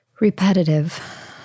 repetitive